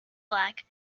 black